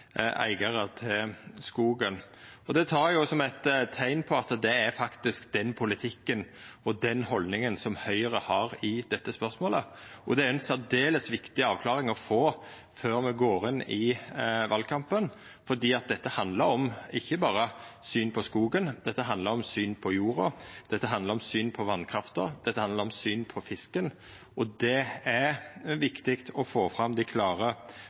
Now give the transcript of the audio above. eigarar til skogen. Det tek eg som eit teikn på at det faktisk er den politikken og den haldninga Høgre har i dette spørsmålet. Det er ei særdeles viktig avklaring å få før me går inn i valkampen, for dette handlar ikkje berre om synet på skogen, det handlar om synet på jorda, det handlar om synet på vasskrafta, det handlar om synet på fisken – og det er viktig å få fram dei klare